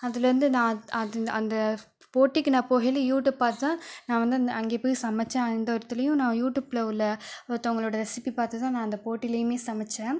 அதில் இருந்து நான் அந்த போட்டிக்கு நான் போகையில் யூடியூப் பார்த்து தான் நான் வந்து அங்கே போய் சமைத்தேன் அந்த இடத்துலயும் நான் யூடியூபில் உள்ள ஒருத்தவங்களோட ரெசிபி பார்த்து தான் நான் அந்த போட்டிலையுமே சமைத்தேன்